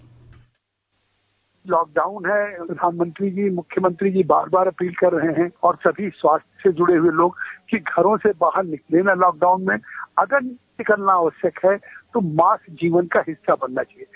bite lockdown है प्रधानमंत्री जी मुख्यमंत्री जी बार बार अपील कर रहे है और सभी स्वास्थ्य से जुड़े हुए लोग कि घरों से बाहर न निकले लॉकडाउन में अगर निकला आवश्यक है तो मास्क जीवन का हिस्सा बनना चाहिये